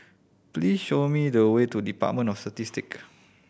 please show me the way to Department of Statistic